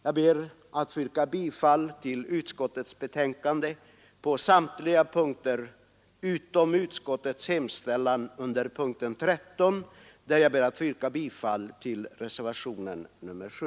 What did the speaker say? Jag ber att få yrka bifall till utskottets hemställan på samtliga punkter utom punkten 13, där jag ber att få yrka bifall till reservationen 7.